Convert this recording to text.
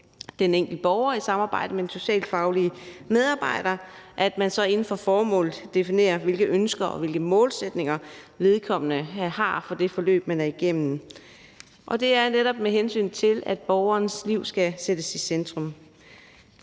den enkelte borger i samarbejde med en socialfaglig medarbejder at definere, hvilke ønsker og hvilke målsætninger vedkommende har i forhold til det forløb, man er igennem. Og det er netop, med henblik på at borgerens liv skal sættes i centrum.